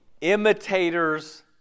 imitators